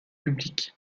public